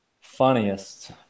funniest